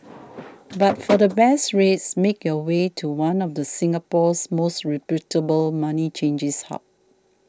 but for the best rates make your way to one of the Singapore's most reputable money changing hubs